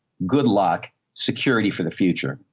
good luck security for the future.